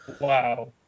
Wow